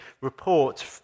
report